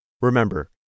Remember